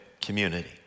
community